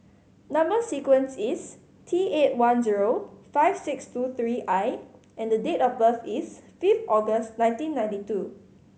number sequence is T eight one zero five six two three I and date of birth is five August nineteen ninety two